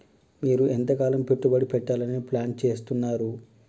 మీరు ఎంతకాలం పెట్టుబడి పెట్టాలని ప్లాన్ చేస్తున్నారు?